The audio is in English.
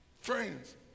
Friends